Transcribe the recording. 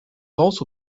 also